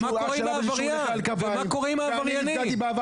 ומה קורה עם העבריינים?